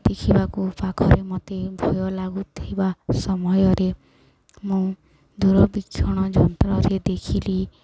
ଦେଖିବାକୁ ପାଖରେ ମୋତେ ଭୟ ଲାଗୁଥିବା ସମୟରେ ମୁଁ ଦୂରବୀକ୍ଷଣ ଯନ୍ତ୍ରରେ ଦେଖିଲି